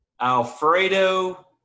Alfredo